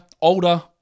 older